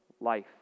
life